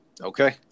Okay